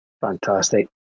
Fantastic